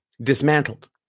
dismantled